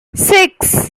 six